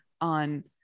on